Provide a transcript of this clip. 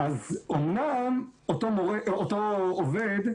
אז אמנם אותו עובד,